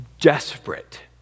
desperate